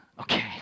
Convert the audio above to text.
Okay